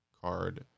card